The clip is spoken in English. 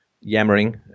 yammering